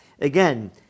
Again